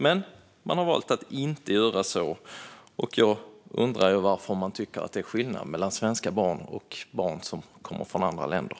Men man har valt att inte göra så, och jag undrar ju varför man tycker att det är skillnad på svenska barn och barn som kommer från andra länder.